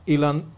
Ilan